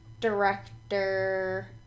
director